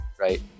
right